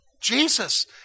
Jesus